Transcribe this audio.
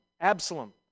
Absalom